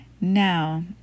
Now